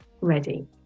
ready